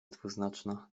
dwuznaczna